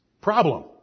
Problem